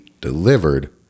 delivered